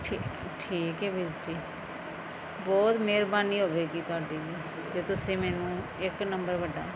ਠੀਕ ਠੀਕ ਹੈ ਵੀਰ ਜੀ ਬਹੁਤ ਮਿਹਰਬਾਨੀ ਹੋਵੇਗੀ ਤੁਹਾਡੀ ਜੀ ਜੇ ਤੁਸੀਂ ਮੈਨੂੰ ਇੱਕ ਨੰਬਰ ਵੱਡਾ